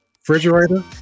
refrigerator